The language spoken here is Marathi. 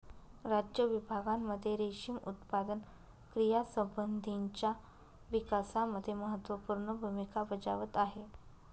राज्य विभागांमध्ये रेशीम उत्पादन क्रियांसंबंधीच्या विकासामध्ये महत्त्वपूर्ण भूमिका बजावत आहे